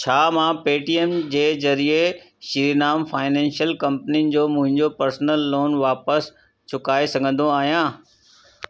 छा मां पेटीएम जे ज़रिए श्रीराम फाइनेंशियल कंपनीनि जो मुंहिंजो पर्सनल लोन वापसि चुकाए सघंदो आहियां